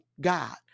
God